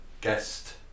guest